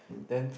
then